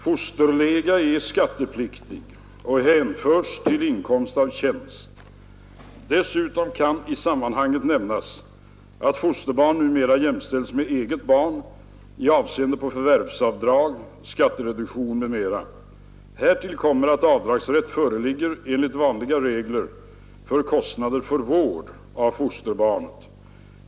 Fosterlega är skattepliktig och hänförs till inkomst av tjänst. Dessutom kan i sammanhanget nämnas att fosterbarn numera jämställs med eget barn i avseende på förvärvsavdrag, skattereduktion m.m. Härtill kommer att avdragsrätt föreligger enligt vanliga regler för kostnader för vård av fosterbarnet.